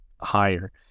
higher